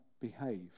behave